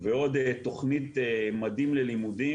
ועוד תכנית 'מדים ללימודים'